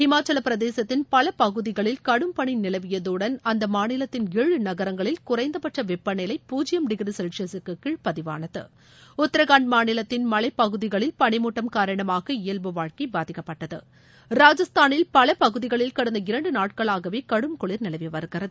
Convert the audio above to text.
இமாச்சலப்பிரதேசத்தின் பல பகுதிகளில் கடும் பனி நிலவியதுடன் அந்த மாநிலத்தின் ஏழு நகரங்களில் குறைந்தபட்ச வெப்பநிலை பூஜ்யம் டிகிரி செல்சியகக்கு கீழ் பதிவானது உத்தரகாண்ட் மாநிலத்தின் மலை பகுதிகளில் பனிமூட்டம் காரணமாக இயல்பு வாழ்க்கை பாதிக்கப்பட்டது ராஜஸ்தானில் பல பகுதிகளில் உந்த இரண்டு நாட்களாகவே கடும் குளிர் நிலவி வருகிறது